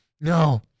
No